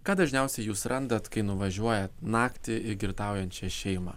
ką dažniausiai jūs randat kai nuvažiuojat naktį į girtaujančią šeimą